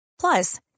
Plus